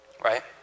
right